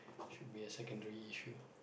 should be a secondary issue